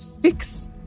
fix